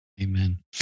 Amen